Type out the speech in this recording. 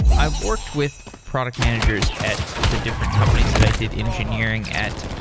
i've worked with product managers at the different companies that i did engineering at,